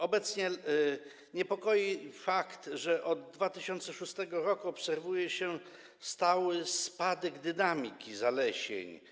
Obecnie niepokoi fakt, że od 2006 r. obserwuje się stały spadek dynamiki zalesień.